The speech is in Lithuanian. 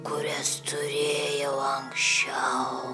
kurias turėjau anksčiau